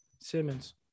simmons